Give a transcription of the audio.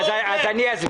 לא עובר.